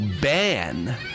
ban